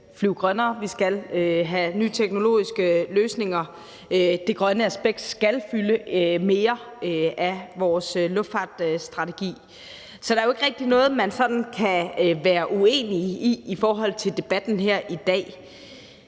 flyve grønnere, vi skal have nye teknologiske løsninger og det grønne aspekt skal fylde mere af vores luftfartsstrategi. Så der er jo ikke rigtig noget, man kan være uenig i i forhold til debatten her i dag.